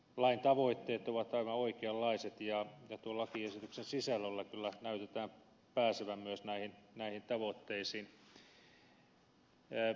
lain tavoitteet ovat aivan oikeanlaiset ja tuon lakiesityksen sisällöllä kyllä näkyy päästävän myös näihin tavoitteisiin